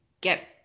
get